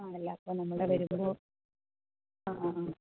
ആണല്ലേ അപ്പോൾ നമ്മൾ വരുമ്പോൾ ആ ആ ആ